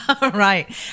right